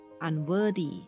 unworthy